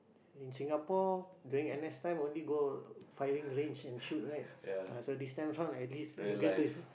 in Singapore during n_s time only go firing range and shoot right uh so this time like this you get to